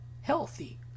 healthy